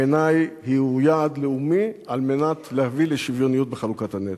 בעיני זהו יעד לאומי על מנת להביא לשוויוניות בחלוקת הנטל.